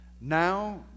Now